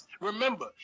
Remember